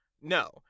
No